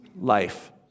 life